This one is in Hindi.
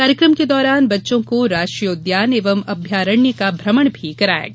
कार्यक्रम के दौरान बच्चों को राष्ट्रीय उद्यान एवं अभयारण्य का भ्रमण भी कराया गया